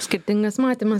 skirtingas matymas